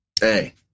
Hey